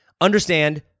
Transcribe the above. Understand